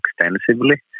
extensively